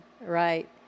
Right